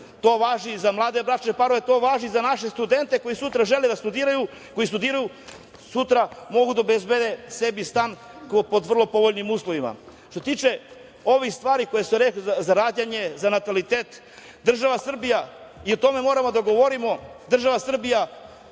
To važi i za mlade bračne parove. To važi i za naše studente koji sutra žele da studiraju, koji studiraju i sutra mogu da obezbede sebi stan po vrlo povoljnim uslovima. Što se tiče ovih stvari, za rađanje, za natalitet, država Srbija, i o tome moramo da govorimo, daje